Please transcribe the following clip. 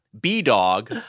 B-Dog